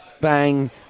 Bang